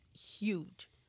huge